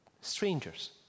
strangers